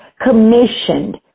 commissioned